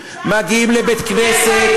שאלתי אותך: מגיעים לבית-כנסת,